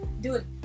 Dude